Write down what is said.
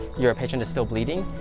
your pension is still bleeding.